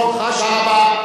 ואותך, טוב, תודה רבה.